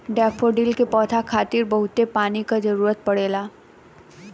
daffodil के पौधा खातिर बहुते पानी क जरुरत पड़ेला